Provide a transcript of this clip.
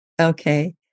Okay